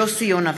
יעל גרמן,